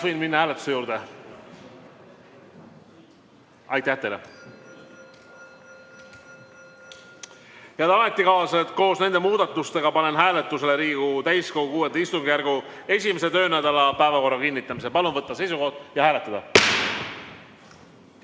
Kas võin minna hääletuse juurde? Aitäh teile! Head ametikaaslased, koos nende muudatustega panen hääletusele Riigikogu täiskogu VI istungjärgu 1. töönädala päevakorra kinnitamise. Palun võtta seisukoht ja hääletada!